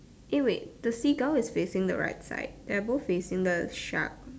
eh wait the Seagull is facing the right side they're both facing the shark